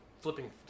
flipping